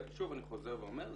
שוב אני חוזר ואומר,